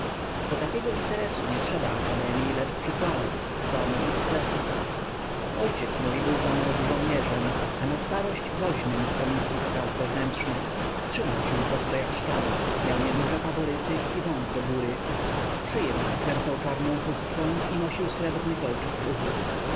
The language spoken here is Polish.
do takiego interesu nie trzeba akademii lecz przykładu w domu i w sklepie ojciec mój był zamłodu żołnierzem a na starość woźnym w komisyi spraw wewnętrznych trzymał się prosto jak sztaba miał nieduże faworyty i wąs do góry szyję okręcał czarną chustką i nosił srebrny kolczyk